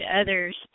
others